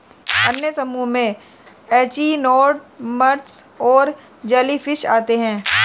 अन्य समूहों में एचिनोडर्म्स और जेलीफ़िश आते है